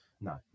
no